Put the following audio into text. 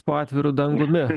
po atviru dangumi